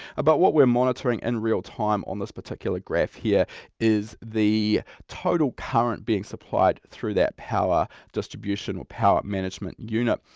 ah but what we're monitoring in and real time on this particular graph here is the total current being supplied through that power distribution or power management unit.